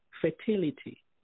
fertility